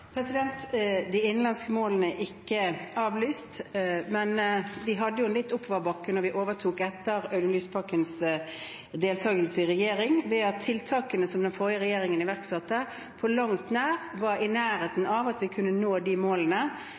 De innenlandske målene er ikke avlyst, men vi hadde jo litt oppoverbakke da vi overtok etter Audun Lysbakkens deltakelse i regjering, ved at tiltakene som den forrige regjeringen iverksatte, ikke på langt nær var i nærheten av at vi kunne nå de målene